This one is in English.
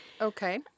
Okay